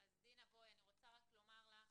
אני רוצה רק לומר לך